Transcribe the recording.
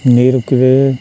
नेईं रुकदे